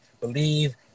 believe